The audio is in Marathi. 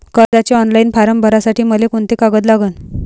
कर्जाचे ऑनलाईन फारम भरासाठी मले कोंते कागद लागन?